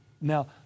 Now